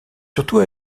surtout